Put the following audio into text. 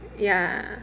ya